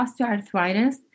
osteoarthritis